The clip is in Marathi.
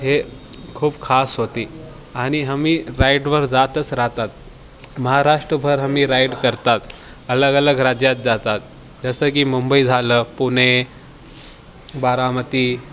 हे खूप खास होती आणि आम्ही राईडवर जातच राहतात महाराष्ट्रभर आम्ही राईड करतात अलगअलग राज्यात जातात जसं की मुंबई झालं पुणे बारामती